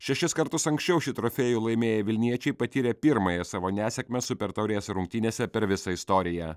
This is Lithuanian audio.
šešis kartus anksčiau šį trofėjų laimėję vilniečiai patyrė pirmąją savo nesėkmę super taurės rungtynėse per visą istoriją